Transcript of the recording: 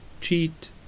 cheat